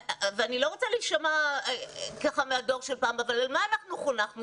ואני לא רוצה להישמע מהדור של פעם אבל על מה אנחנו חונכנו?